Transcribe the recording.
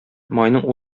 майның